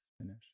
finish